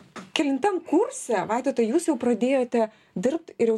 kelintam kurse vaidotai jūs jau pradėjote dirbt ir jau